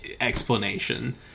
explanation